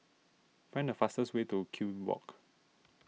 find the fastest way to Kew Walk